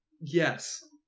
Yes